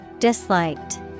Disliked